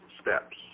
steps